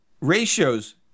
ratios